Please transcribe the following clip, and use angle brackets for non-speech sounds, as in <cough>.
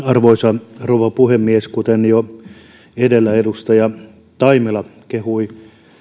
<unintelligible> arvoisa rouva puhemies kuten jo edellä edustaja taimela kehui